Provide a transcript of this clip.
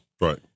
Right